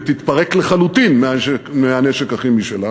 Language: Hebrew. ותתפרק לחלוטין מהנשק הכימי שלה,